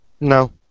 No